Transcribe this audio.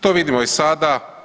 To vidimo i sada.